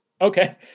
Okay